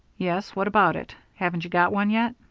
yes what about it? haven't you got one yet?